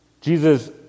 Jesus